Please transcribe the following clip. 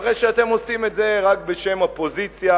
הרי שאתם עושים את זה רק בשם אופוזיציה,